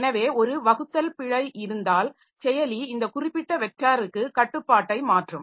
எனவே ஒரு வகுத்தல் பிழை இருந்தால் செயலி இந்த குறிப்பிட்ட வெக்டாருக்கு கட்டுப்பாட்டை மாற்றும்